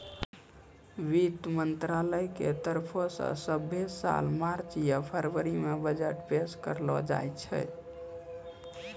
वित्त मंत्रालय के तरफो से सभ्भे साल मार्च या फरवरी मे बजट पेश करलो जाय छै